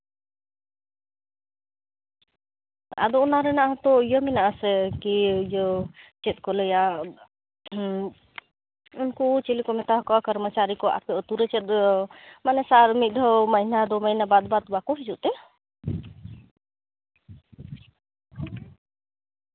ᱟᱫᱚ ᱚᱱᱟ ᱨᱮᱱᱟᱜ ᱦᱚᱸᱛᱚ ᱤᱭᱟᱹ ᱢᱮᱱᱟᱜᱼᱟ ᱥᱮ ᱠᱤ ᱤᱭᱟᱹ ᱪᱮᱫ ᱠᱚ ᱞᱟᱹᱭᱟ ᱩᱝᱠᱩ ᱪᱤᱞᱤ ᱠᱚ ᱢᱮᱛᱟ ᱦᱟᱠᱚᱣᱟ ᱠᱚᱨᱢᱚᱪᱟᱨᱤ ᱠᱚ ᱟᱛᱳ ᱟᱛᱳ ᱨᱮ ᱪᱮᱫ ᱫᱚ ᱢᱟᱱᱮ ᱥᱟᱞ ᱢᱤᱫ ᱫᱷᱟᱹᱣ ᱢᱟᱭᱱᱮ ᱫᱩ ᱢᱟᱭᱱᱮ ᱵᱟᱨ ᱫᱷᱟᱯ ᱵᱟᱠᱚ ᱦᱤᱡᱩᱜ ᱛᱮ